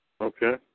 Okay